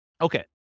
Okay